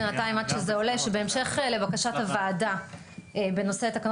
שבהמשך לבקשת הוועדה בדיון בנושא תקנות